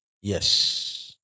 Yes